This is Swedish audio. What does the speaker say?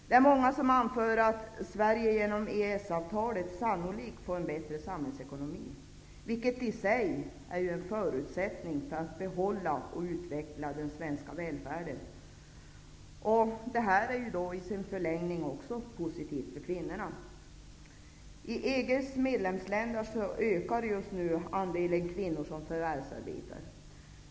Det är många som anför att Sverige genom EES avtalet sannolikt får en bättre samhällsekonomi, vilket i sig är en förutsättning för att behålla och utveckla den svenska välfärden. Det är då i sin förlängning också positivt för kvinnorna. I EG:s medlemsländer ökar just nu andelen kvinnor som förvärvsarbetar.